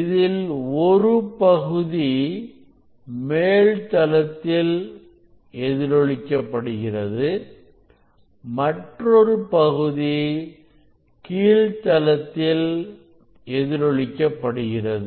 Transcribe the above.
இதில் ஒரு பகுதி மேல்தளத்தில் எதிரொலிக்க படுகிறது மற்றொரு பகுதி கீழ்தளத்தில் எதிரொலிக்க படுகிறது